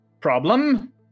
problem